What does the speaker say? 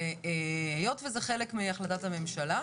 היות וזה חלק מהחלטת הממשלה,